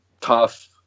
tough